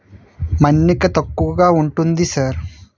మన్నిక తక్కువగా ఉంటుంది సార్